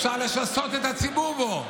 אפשר לשסות את הציבור בו.